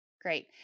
Great